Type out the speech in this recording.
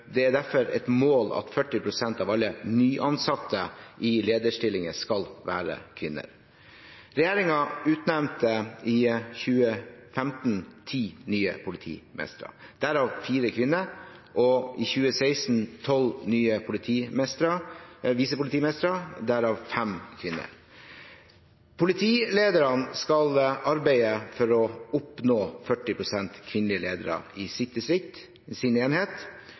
Det er derfor et mål at 40 pst. av alle nyansatte i lederstillinger skal være kvinner. Regjeringen utnevnte i 2015 ti nye politimestere, derav fire kvinner, og i 2016 tolv nye visepolitimestere, derav fem kvinner. Politilederne skal arbeide for å oppnå 40 pst. kvinnelige ledere i sitt distrikt og i sin enhet,